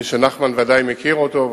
מי שנחמן ודאי מכיר אותו,